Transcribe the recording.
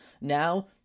Now